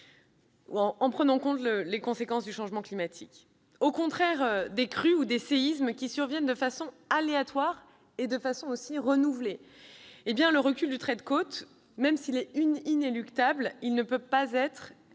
en tenant compte des conséquences du changement climatique. Au contraire des crues ou des séismes, qui surviennent de façon aléatoire et renouvelée, le recul du trait de côte, même s'il est inéluctable, ne peut être